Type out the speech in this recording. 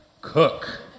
Cook